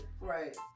Right